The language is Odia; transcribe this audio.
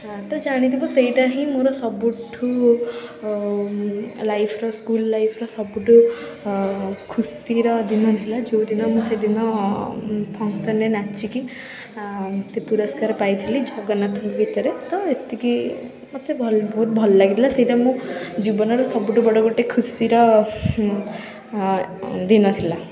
ଆ ତ ଜାଣିଥିବ ସେଇଟା ହିଁ ମୋର ସବୁଠୁ ଲାଇଫ୍ର ସ୍କୁଲ୍ ଲାଇଫ୍ର ସବୁଠୁ ଖୁସିର ଦିନ ଥିଲା ଯେଉଁଦିନ ମୁଁ ସେଦିନ ଫଙ୍କସନ୍ରେ ନାଚିକି ସେ ପୁରସ୍କାର ପାଇଥିଲି ଜଗନ୍ନାଥଙ୍କ ଗୀତରେ ତ ଏତିକି ମୋତେ ଭଲ ବହୁତ ଭଲ ଲାଗିଥିଲା ସେଇଟା ମୁଁ ଜୀବନର ସବୁଠୁ ବଡ଼ ଗୋଟେ ଖୁସିର ଦିନ ଥିଲା